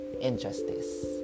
injustice